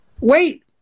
Wait